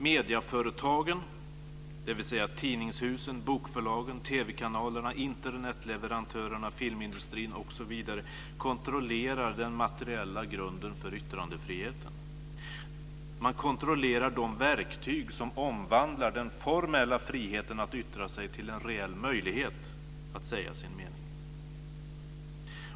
Medieföretagen, dvs. tidningshusen, bokförlagen, TV kanalerna, Internetleverantörerna, filmindustrin osv., kontrollerar den materiella grunden för yttrandefriheten. Man kontrollerar de verktyg som omvandlar den formella friheten att yttra sig till en reell möjlighet att säga sin mening.